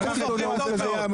לא במספרים כאלה.